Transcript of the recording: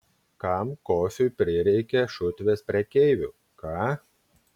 kam kofiui prireikė šutvės prekeivių ką